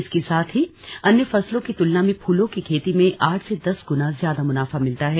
इसके साथ ही अन्य फसलों की तुलना में फूलों की खेती में आठ से दस गुना ज्यादा मुनाफा मिलता है